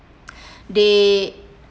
they